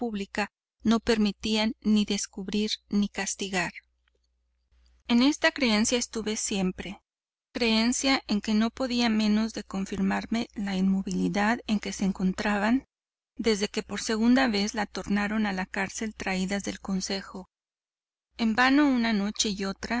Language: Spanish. no permitían descubrir ni castigar en esta creencia estuve siempre creencia en que no podía menos de confirmarme la inmovilidad en que se encontraban desde que por segunda vez tornaron a la cárcel traídas del concejo en vano una noche y